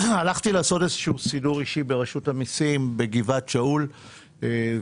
הלכתי לעשות איזשהו סידור אישי ברשות המיסים בגבעת שאול והזדעזעתי.